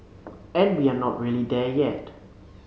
and we're not really there yet